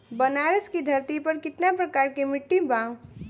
बनारस की धरती पर कितना प्रकार के मिट्टी बा?